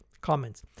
Comments